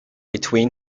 between